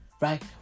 right